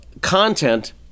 content